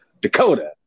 Dakota